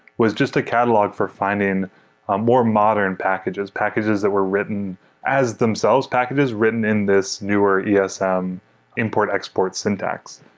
was just a catalog for finding ah more modern packages, packages that were written as themselves, packages written in this newer esm ah um import-export syntax.